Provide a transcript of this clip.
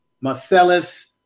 Marcellus